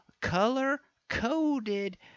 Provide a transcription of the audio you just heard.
color-coded